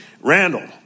Randall